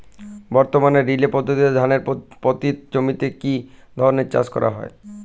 বর্তমানে রিলে পদ্ধতিতে ধানের পতিত জমিতে কী ধরনের চাষ করা হয়?